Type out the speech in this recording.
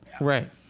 Right